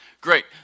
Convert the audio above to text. Great